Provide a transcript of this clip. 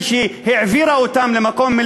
כשהיא העבירה אותם למקום,